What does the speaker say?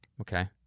Okay